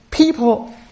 People